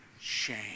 shame